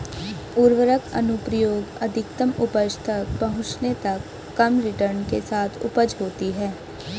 उर्वरक अनुप्रयोग अधिकतम उपज तक पहुंचने तक कम रिटर्न के साथ उपज होती है